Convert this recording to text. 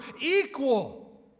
equal